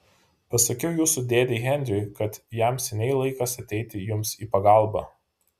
pasakiau jūsų dėdei henriui kad jam seniai laikas ateiti jums į pagalbą